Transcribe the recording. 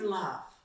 love